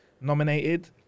nominated